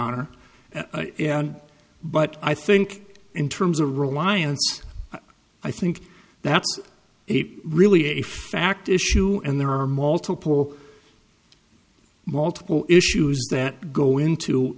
honor but i think in terms of reliance i think that's it really a fact issue and there are multiple multiple issues that go into